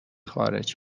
خارج